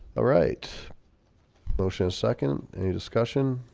ah right rocha second any discussion,